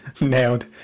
nailed